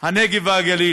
הנגב והגליל,